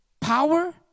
power